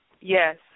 Yes